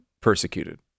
persecuted